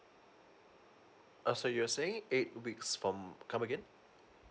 uh so you were saying eight weeks from come again